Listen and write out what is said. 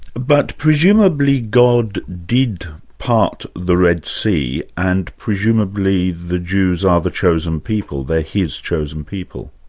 but presumably god did part the red sea, and presumably the jews are the chosen people, they're his chosen people?